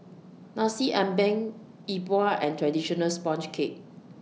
Nasi Ambeng Yi Bua and Traditional Sponge Cake